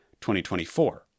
2024